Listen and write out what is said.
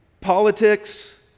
Politics